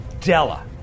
Della